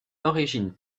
origines